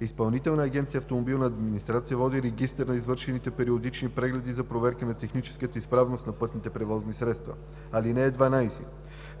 Изпълнителна агенция „Автомобилна администрация“ води регистър на извършените периодични прегледи за проверка на техническата изправност на пътните превозни средства. (12)